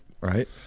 right